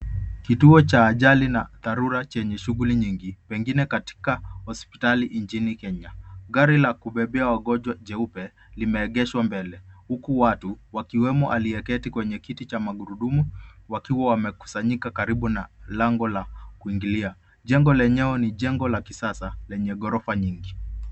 Kituo cha ajali na dharura chenye shughuli nyingi, pengine katika hospitali nchini Kenya. Gari la kubebea wagonjwa jeupe limeegeshwa mbele huku watu wakiwemo aliyeketi kwenye kiti cha magurudumu wakiwa wamekusanyika karibu na lango la kuingilia. Jengo lenyewe ni jengo la kisasa lenye ghorofa nyingi.